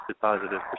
positive